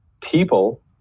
People